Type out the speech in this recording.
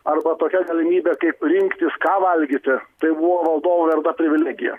arba tokia galimybė kaip rinktis ką valgyti tai buvo valdovų verta privilegija